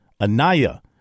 Anaya